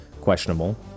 Questionable